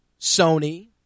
Sony